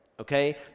okay